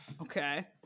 Okay